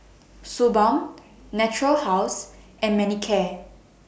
Suu Balm Natura House and Manicare